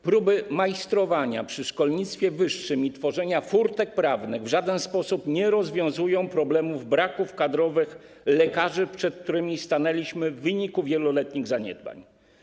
Próby majstrowania przy szkolnictwie wyższym i tworzenia furtek prawnych w żaden sposób nie rozwiązują problemu braków w kadrze lekarskiej, przed którym stanęliśmy w wyniku wieloletnich zaniedbań.